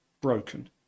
broken